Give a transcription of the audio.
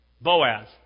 Boaz